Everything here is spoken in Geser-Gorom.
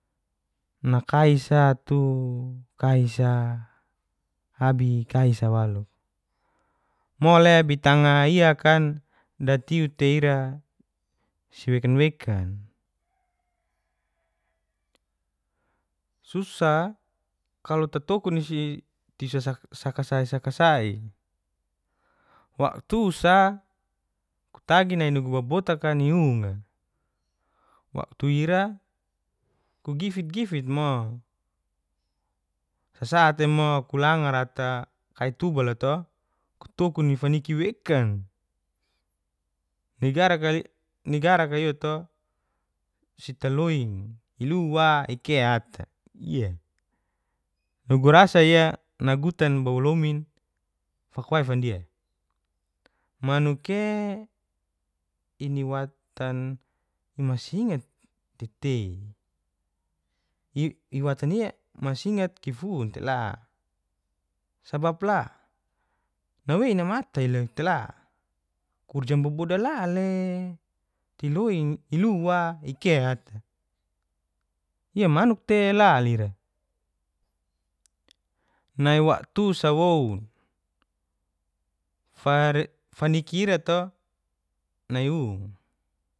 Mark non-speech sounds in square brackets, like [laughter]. Nakai sa tu kai sa abi kaisa walu mole bitangaia kan datiu teira siwekan wekan susa kalo tatokuni sakasai sakasai wa'tu sa ku tagi nai nugu babotaka ni unga wa. tu ira ku gifit gifit mo sasate mo kulangar ata kai tubala to kutukun ni faniki wekan [hesitation] nigarakaia sitaloin ulu wa ike ata iye nugu rasa iye dagutan wobolomin fakawai fandie wanukie iniwatan masingat tetei iwatanie masingat kifun tela sabap la nawei namatai tela kurjang boboda lale tiloing ilu wa ike ata iamanuk te la lira nai wa'tu sa woun faniki ira to nai unga